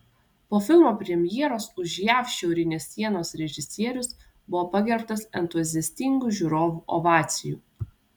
po filmo premjeros už jav šiaurinės sienos režisierius buvo pagerbtas entuziastingų žiūrovų ovacijų